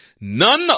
None